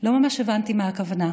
לא ממש הבנתי מה הכוונה.